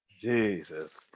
Jesus